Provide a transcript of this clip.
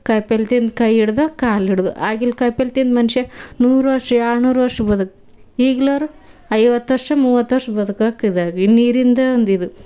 ಕಾಯಿ ಪಲ್ಲೆ ತಿಂದು ಕೈ ಹಿಡ್ದು ಕಾಲು ಹಿಡ್ದು ಆಗಿಲ್ಲ ಕಾಯಿ ಪಲ್ಲೆ ತಿಂದು ಮನುಷ್ಯ ನೂರು ವರ್ಷ ಎರಡ್ನೂರು ವರ್ಷ ಬದ್ಕ್ ಈಗ್ನೋರು ಐವತ್ತು ವರ್ಷ ಮೂವತ್ತು ವರ್ಷ ಬದ್ಕಕ್ಕೆ ಇದಾಗಿ ಈ ನೀರಿಂದ ಒಂದು ಇದು